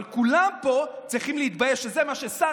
אבל כולם פה צריכים להתבייש שזה מה ששר